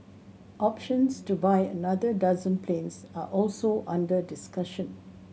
options to buy another dozen planes are also under discussion